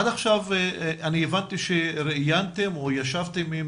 עד עכשיו הבנתי שראיינתם או ישבתם עם